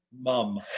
mum